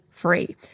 free